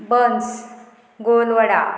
buns गोलवडा